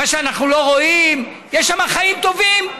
מה שאנחנו לא רואים, יש שם חיים טובים: